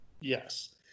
Yes